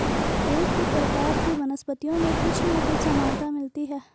एक ही प्रकार की वनस्पतियों में कुछ ना कुछ समानता मिलती है